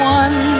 one